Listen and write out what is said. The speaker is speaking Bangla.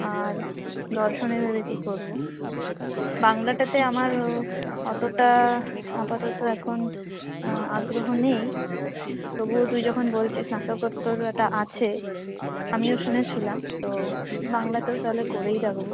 আর দর্শনে ভেবেছি করবো বাংলাটাতে আমারও অতোটা আপাতত এখন আগ্রহ নেই তবুও তুই যখন বলছিস স্নাতকোত্তর ওটা আছে আমিও শুনেছিলাম তো বাংলাতেও তালে করেই রাখবো